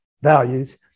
values